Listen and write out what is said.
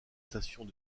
stations